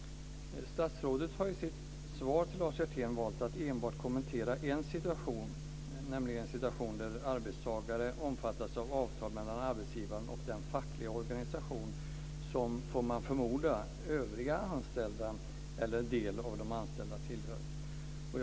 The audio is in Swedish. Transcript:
Statsrådet valde i sitt svar att kommentera enbart en situation, nämligen där arbetstagare omfattas av avtal mellan arbetsgivaren och den fackliga organisation som, får man förmoda, övriga anställda eller del av de anställda tillhör.